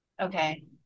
Okay